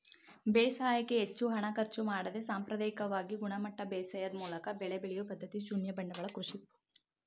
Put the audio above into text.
ಬೇಸಾಯಕ್ಕೆ ಹೆಚ್ಚು ಹಣ ಖರ್ಚು ಮಾಡದೆ ಸಾಂಪ್ರದಾಯಿಕವಾಗಿ ಗುಣಮಟ್ಟ ಬೇಸಾಯದ್ ಮೂಲಕ ಬೆಳೆ ಬೆಳೆಯೊ ಪದ್ಧತಿ ಶೂನ್ಯ ಬಂಡವಾಳ ಕೃಷಿ